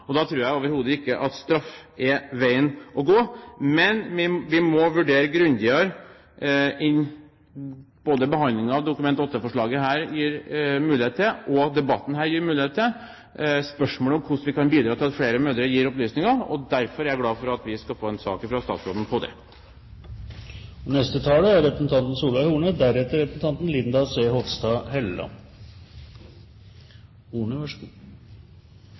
opplysningene. Da tror jeg overhodet ikke at straff er veien å gå. Vi må vurdere spørsmålet om hvordan vi kan bidra til at flere mødre gir opplysninger grundigere enn det både behandlingen av dette Dokument 8-forslaget og debatten her gir mulighet til. Derfor er jeg glad for at vi skal få en sak fra statsråden om det. Det er ikke ofte jeg får klump i halsen av å høre innlegg i denne salen, men det var rørende å høre på